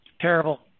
Terrible